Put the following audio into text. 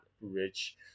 rich